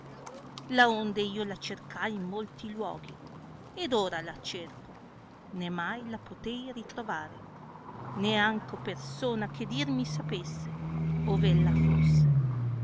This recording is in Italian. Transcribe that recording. mare laonde io la cercai in molti luoghi ed ora la cerco né mai la potei ritrovare né anco persona che dir mi sapesse ove ella fosse